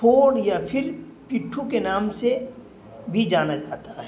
پھوڑ یا پھر پٹھو کے نام سے بھی جانا جاتا ہے